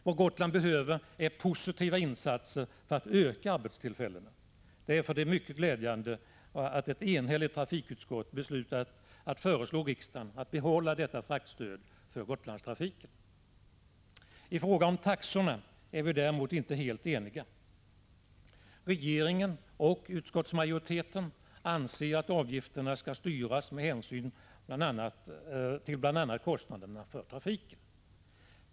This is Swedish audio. Vad Gotland behöver är positiva insatser för att öka antalet arbetstillfällen. Därför är det mycket glädjande att ett enhälligt trafikutskott beslutat föreslå riksdagen att behålla detta fraktstöd för Gotlandstrafiken. I fråga om taxorna är vi däremot inte helt eniga. Regeringen och utskottsmajoriteten anser att avgifterna skall styras med hänsyn till bl.a. kostnaderna för trafiken.